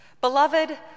Beloved